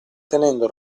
tenendo